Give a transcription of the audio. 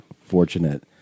fortunate